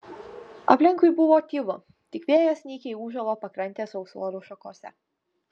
aplinkui buvo tylu tik vėjas nykiai ūžavo pakrantės sausuolių šakose